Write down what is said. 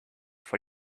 for